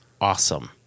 awesome